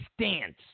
stance